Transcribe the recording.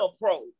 pro